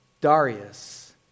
Darius